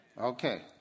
okay